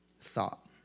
thought